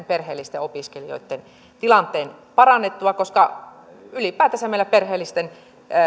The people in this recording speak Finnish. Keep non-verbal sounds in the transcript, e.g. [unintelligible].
[unintelligible] perheellisten opiskelijoitten tilanteen parannettua koska ylipäätänsä meillä perheellisten